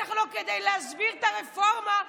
בטח לא כדי להסביר את הרפורמה,